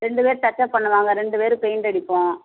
ரெண்டு பேர் touch up பண்ணுவாங்க ரெண்டு பேர் பெயிண்ட் அடிப்போம்